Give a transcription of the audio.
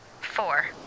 four